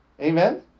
Amen